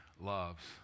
loves